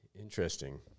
interesting